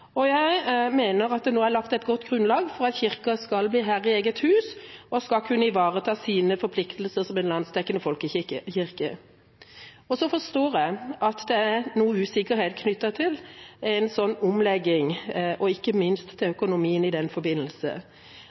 Jeg mener at det nå er lagt et godt grunnlag for at Kirken skal bli herre i eget hus og skal kunne ivareta sine forpliktelser som en landsdekkende folkekirke. Så forstår jeg at det er noe usikkerhet knyttet til en slik omlegging og ikke minst til økonomien i den forbindelse.